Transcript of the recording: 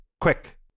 quick